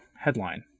Headline